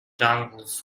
dangles